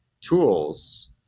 tools